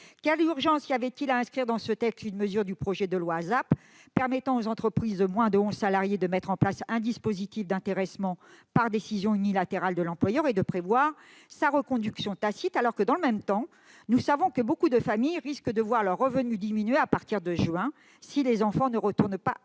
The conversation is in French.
Quelle urgence y avait-il à inscrire dans ce texte une mesure du projet de loi ASAP permettant aux entreprises de moins de onze salariés de mettre en place un dispositif d'intéressement par décision unilatérale de l'employeur et de prévoir sa reconduction tacite, alors que, dans le même temps, nous savons que de nombreuses familles risquent de voir leurs revenus diminuer à partir de juin si les enfants ne retournent pas à l'école